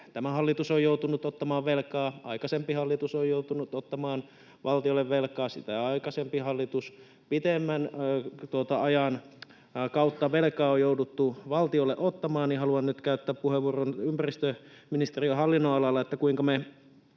tämä hallitus on joutunut ottamaan velkaa, aikaisempi hallitus on joutunut ottamaan valtiolle velkaa, sitä aikaisempi hallitus, pitemmän ajan kautta velkaa on jouduttu valtiolle ottamaan, niin haluan nyt käyttää puheenvuoron ympäristöministeriön hallinnonalalta siitä, kuinka me